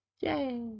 Yay